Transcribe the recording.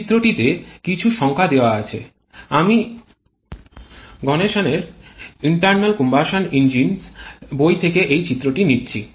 চিত্রটিতে কিছু সংখ্যা দেওয়া আছে আমি গণসানের ইন্টার্নাল কম্বুশান ইঞ্জিনস বই থেকে এই চিত্রটি নিচ্ছি